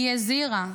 היא הזהירה,